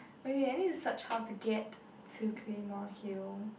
wait wait I need to search how to get to claymore hill